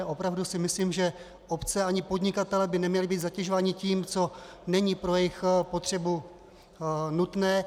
Opravdu si myslím, že obce ani podnikatelé by neměli být zatěžováni tím, co není pro jejich potřebu nutné.